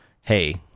Hey